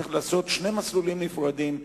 צריך לעשות שני מסלולים נפרדים,